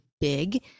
big